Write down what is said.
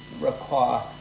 require